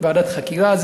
ועדת חקירה?